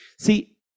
See